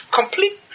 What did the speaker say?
complete